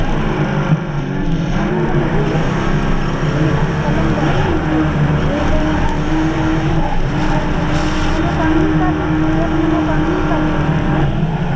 हाँ ज़्यादा महंगा नहीं है लेकिन इसकी कलम बहुत अच्छी चलती है एक एक इसका ये मनोकामनी का भी है एक मनोकामनी का भी है